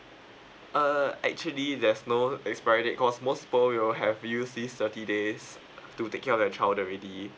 uh actually there's no expiry date cause most people we will have use this thirty days to take care of their child already